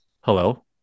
Hello